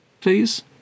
please